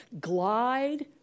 glide